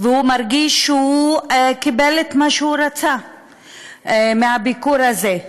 והוא מרגיש שהוא קיבל את מה שהוא רצה מהביקור הזה.